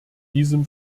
diesem